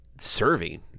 serving